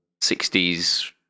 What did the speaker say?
60s